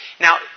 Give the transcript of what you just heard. Now